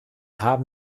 haben